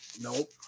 nope